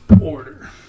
order